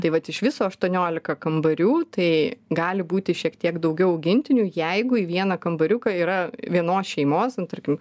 tai vat iš viso aštuoniolika kambarių tai gali būti šiek tiek daugiau augintinių jeigu į vieną kambariuką yra vienos šeimos nu tarkim